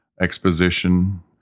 exposition